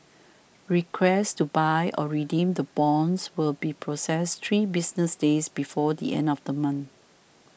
requests to buy or redeem the bonds will be processed three business days before the end of the month